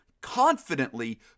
confidently